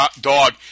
dog